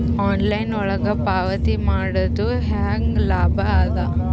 Online ಒಳಗ ಪಾವತಿ ಮಾಡುದು ಹ್ಯಾಂಗ ಲಾಭ ಆದ?